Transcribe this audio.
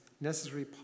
necessary